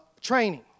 training